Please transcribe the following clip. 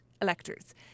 electors